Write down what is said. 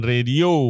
Radio